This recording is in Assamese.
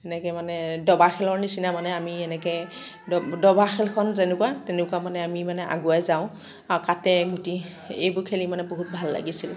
সেনেকৈ মানে ডবা খেলৰ নিচিনা মানে আমি এনেকৈ ডব ডবা খেলখন যেনেকুৱা তেনেকুৱা মানে আমি মানে আগুৱাই যাওঁ আৰু কাটে গুটি এইবোৰ খেলি মানে বহুত ভাল লাগিছিল